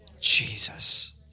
Jesus